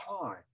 time